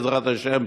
בעזרת השם,